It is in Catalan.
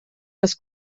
les